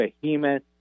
behemoth